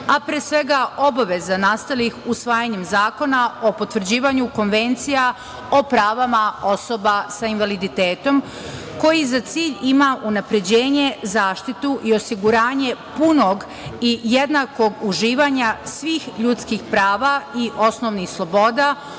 a pre svega obaveza nastalih usvajanjem Zakona o potvrđivanju Konvencija o pravima osoba sa invaliditetom koji za cilj ima unapređenje, zaštitu i osiguranje punog i jednakog uživanja svih ljudskih prava i osnovnih sloboda